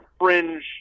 fringe